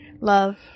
love